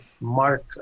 mark